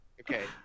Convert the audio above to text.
okay